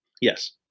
Yes